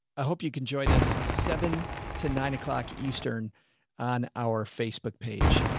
i hope you can join us seven to nine. o'clock eastern on our facebook page.